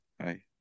hi